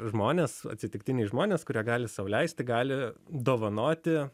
žmonės atsitiktiniai žmonės kurie gali sau leisti gali dovanoti